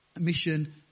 mission